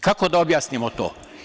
Kako da objasnimo to?